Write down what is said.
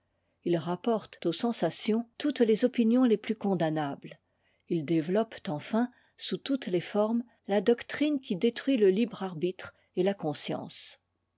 s rapportent aux sensations toutes les opinions les plus condamnables ils développent enfin sous toutes tes formes la doctrine qui détruit te libre arbitre et la conscience